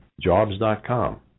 Jobs.com